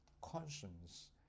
conscience